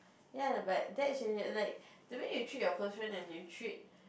ya but that's changes like the way you treat your close friend and you treat